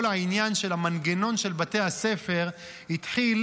כל העניין של המנגנון של בתי הספר התחיל